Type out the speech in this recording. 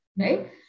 right